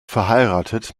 verheiratet